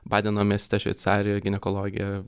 badeno mieste šveicarijoj ginekologija